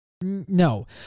No